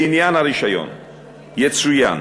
לעניין הרישיון יצוין,